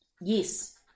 Yes